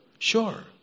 Sure